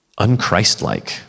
unchristlike